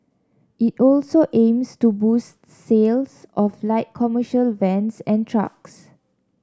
it also aims to boost sales of light commercial vans and trucks